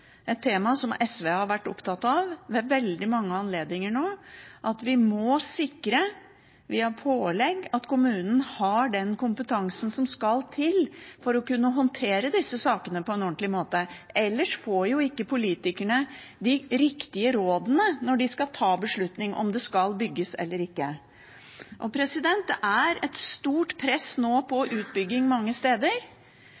Et tema som SV har vært opptatt av ved veldig mange anledninger nå, er at vi må sikre via pålegg at kommunen har den kompetansen som skal til for å kunne håndtere disse sakene på en ordentlig måte. Ellers får ikke politikerne de riktige rådene når de skal ta beslutning om det skal bygges eller ikke. Det er nå et stort press